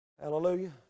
Hallelujah